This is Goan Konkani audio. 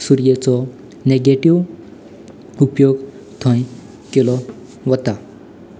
सुरयेचो नॅगेटिव उपयोग थंय केलो वतां